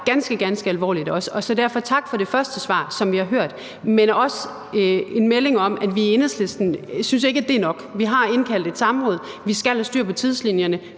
ganske, ganske alvorligt, og derfor tak for det første svar, som vi har hørt, men det er også en melding om, at vi i Enhedslisten ikke synes, at det er nok. Vi har indkaldt til et samråd, for vi skal have styr på tidslinjerne: